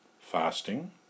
fasting